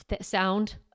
sound